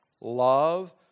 love